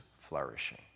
flourishing